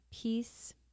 peace